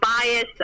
bias